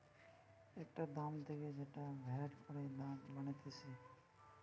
একটা দাম থেকে যে ডেরাইভ করে দাম বানাতিছে